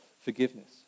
forgiveness